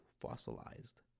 fossilized